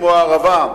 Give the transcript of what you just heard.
כמו הערבה.